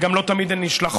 וגם לא תמיד הן נשלחות,